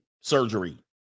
surgery